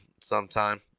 sometime